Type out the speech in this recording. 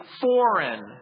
foreign